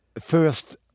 First